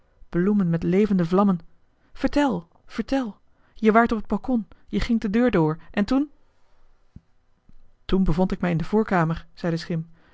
bloemen met levende vlammen vertel vertel je waart op het balkon je gingt de deur door en toen toen bevond ik mij in de voorkamer zei de schim